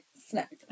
Snack